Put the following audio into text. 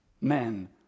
Men